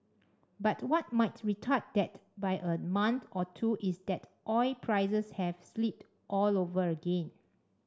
but what might retard that by a month or two is that oil prices have slipped all over again